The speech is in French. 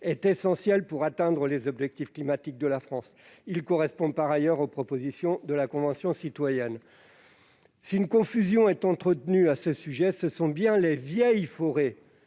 est essentiel pour atteindre les objectifs climatiques de la France. Il correspond, par ailleurs, aux propositions de la Convention citoyenne pour le climat. Si une confusion est entretenue à ce sujet, permettez-moi de dire